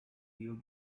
field